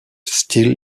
still